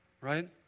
right